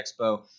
expo